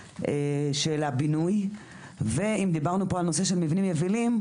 של הבינוי ואם דיברנו פה על נושא של מבנים יבילים,